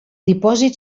dipòsit